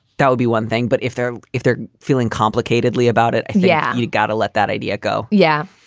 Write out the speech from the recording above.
that will be one thing. but if they're, if they're feeling complicatedly about it. yeah. you gotta let that idea go yeah.